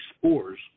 spores